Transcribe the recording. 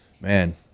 Man